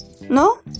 No